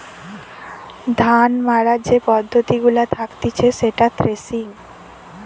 ধান মাড়াবার যে পদ্ধতি গুলা থাকতিছে সেটা থ্রেসিং